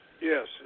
yes